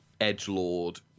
edgelord